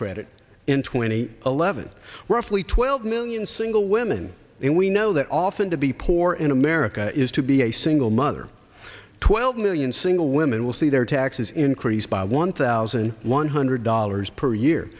twenty eleven roughly twelve million single women and we know that often to be poor in america is to be a single mother twelve million single women will see their taxes increase by one thousand one hundred dollars per year